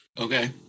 Okay